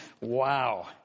Wow